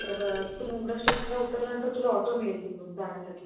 तर तू मुंब्रा स्टेशनला उतरल्यानंतर तुला ऑटो मिळेल तिकडून जाण्यासाठी